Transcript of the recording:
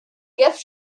gift